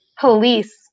police